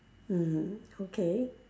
mm okay